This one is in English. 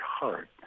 heart